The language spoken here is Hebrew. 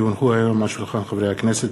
כי הונחו היום על שולחן הכנסת,